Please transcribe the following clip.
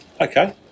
Okay